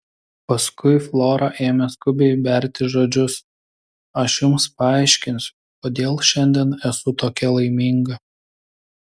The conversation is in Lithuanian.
paskui flora ėmė skubiai berti žodžius aš jums paaiškinsiu kodėl šiandien esu tokia laiminga